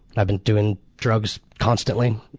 i've been doing drugs constantly.